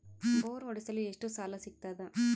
Bore ಹೊಡೆಸಲು ಎಷ್ಟು ಸಾಲ ಸಿಗತದ?